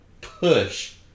push